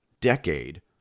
decade